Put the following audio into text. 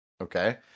Okay